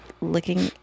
looking